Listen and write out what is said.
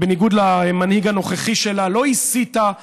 שבניגוד למנהיג הנוכחי שלה לא הסיתה,